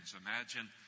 Imagine